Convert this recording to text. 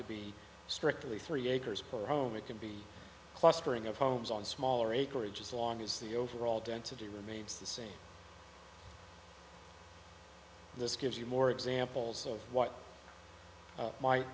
to be strictly three acres per home it can be clustering of homes on smaller acreage as long as the overall density remains the same this gives you more examples of what